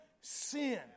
sin